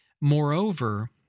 Moreover